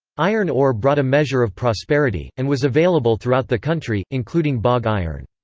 iron ore brought a measure of prosperity, and was available throughout the country, including bog iron.